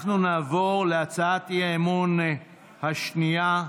אנחנו נעבור להצעת האי-אמון השנייה,